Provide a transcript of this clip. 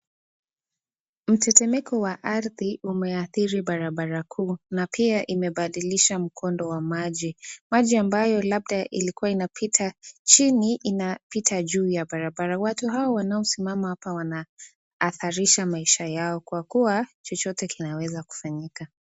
Mtetemeko wa ardhi umeathiri barabara kuu .Na pia imebadilisha mkondo wa maji. Maji ambayo labda ilikua inapita chini, inapita juu ya barabara watu hao wanaosimama hapa wanahadharisha maisha yao kwa kuwa chochote kinaweza kufanyika.